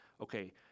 okay